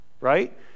Right